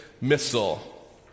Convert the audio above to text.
missile